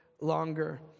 longer